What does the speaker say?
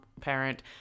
parent